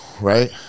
right